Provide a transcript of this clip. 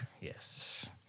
Yes